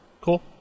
Cool